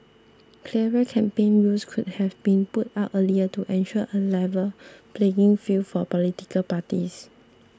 clearer campaign rules could have been put out earlier to ensure a level playing field for political parties